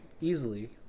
easily